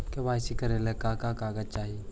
KYC करे ला का का कागजात चाही?